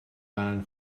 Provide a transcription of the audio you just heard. barn